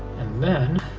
and then,